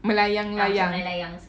melayang-layang